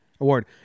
Award